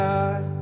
God